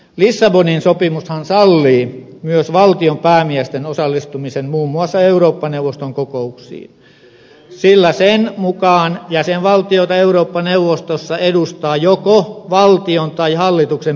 lissabonin sopimushan sallii myös valtionpäämiesten osallistumisen muun muassa eurooppa neuvoston kokouksiin sillä sen mukaan jäsenvaltioita eurooppa neuvostossa edustaa joko valtion tai hallituksen päämies